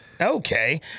Okay